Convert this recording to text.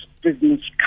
Business